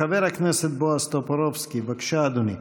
חבר הכנסת בועז טופורובסקי, בבקשה, אדוני.